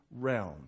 realm